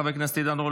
חבר הכנסת עידן רול,